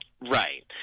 Right